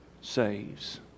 saves